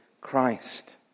Christ